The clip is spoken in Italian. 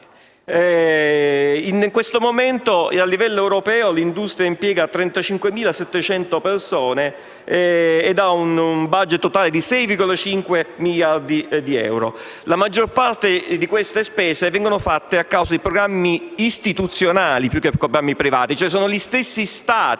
In questo momento, a livello europeo, tale industria impiega 35.700 persone ed ha un *budget* totale di 6,5 miliardi di euro. La maggior parte di queste spese vengono fatte per programmi istituzionali più che programmi privati, quindi sono gli Stati